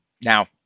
Now